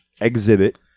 Exhibit